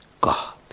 God